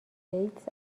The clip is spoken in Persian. ایدز